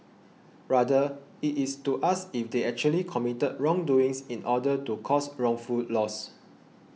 rather it is to ask if they actually committed wrongdoing in order to cause wrongful loss